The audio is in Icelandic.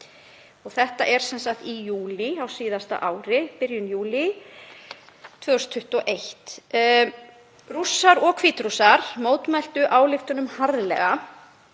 sem sagt í júlí á síðasta ári, í byrjun júlí 2021. Rússar og Hvít-Rússar mótmæltu ályktunum harðlega.